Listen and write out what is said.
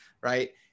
right